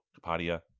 Kapadia